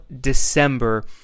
December